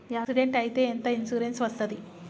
Accident అయితే ఎంత insurance వస్తది?